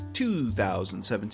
2017